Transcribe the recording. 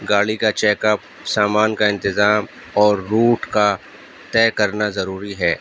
گاڑی کا check up سامان کا انتظام اور روٹ کا طے کرنا ضروری ہے